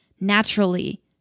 naturally